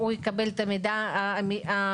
שהוא יקבל את המידע המדויק.